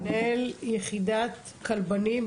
מנהל יחידת הכלבנים,